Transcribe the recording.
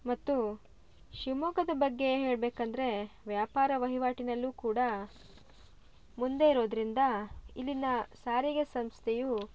ಮತ್ತು ಶಿವಮೊಗ್ಗದ ಬಗ್ಗೆ ಹೇಳ್ಬೇಕಂದರೆ ವ್ಯಾಪಾರ ವಹಿವಾಟಿನಲ್ಲೂ ಕೂಡ ಮುಂದೆ ಇರೋದರಿಂದ ಇಲ್ಲಿನ ಸಾರಿಗೆ ಸಂಸ್ಥೆಯು